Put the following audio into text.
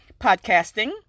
podcasting